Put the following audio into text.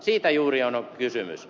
siitä juuri on kysymys